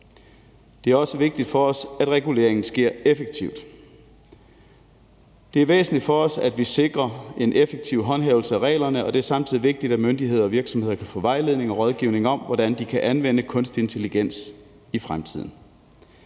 Det er også vigtigt for os, at reguleringen sker effektivt. Det er væsentligt for os, at vi sikrer en effektiv håndhævelse af reglerne, og det er samtidig vigtigt, at myndigheder og virksomheder kan få vejledning i og rådgivning om, hvordan de kan anvende kunstig intelligens i fremtiden.